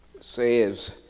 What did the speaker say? says